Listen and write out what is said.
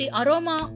aroma